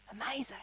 Amazing